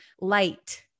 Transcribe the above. light